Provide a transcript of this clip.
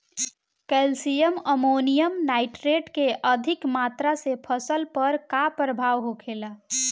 Calcium ammonium nitrate के अधिक मात्रा से फसल पर का प्रभाव होखेला?